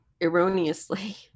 erroneously